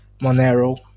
Monero